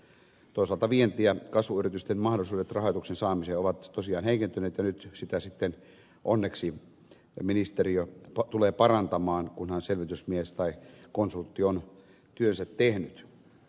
toisaalta vienti ja kasvuyritysten mahdollisuudet rahoituksen saamiseen ovat tosiaan heikentyneet ja nyt sitä sitten onneksi ministeriö tulee parantamaan kunhan selvitysmies tai konsultti on työnsä tehnyt